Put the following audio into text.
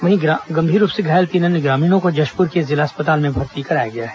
वहीं गंभीर रूप से घायल तीन अन्य ग्रामीणों को जशपुर के जिला अस्पताल में भर्ती कराया गया है